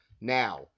now